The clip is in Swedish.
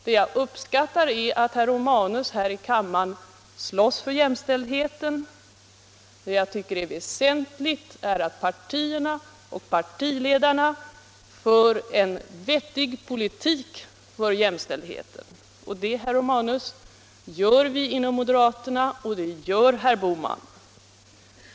Det jag uppskattar är att herr Romanus här i kammaren slåss för jämställdheten. Det jag tycker är väsentligt är att partierna och partiledarna för en vettig politik för jämställdheten. Och det, herr Romanus, gör vi inom moderaterna och det gör herr Bohman.